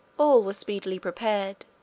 all was speedily prepared,